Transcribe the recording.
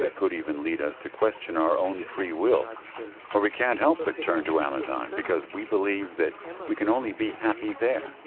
could even lead us to question our own free will but we can't help but turn to amazon because we believe that um we can only be happy there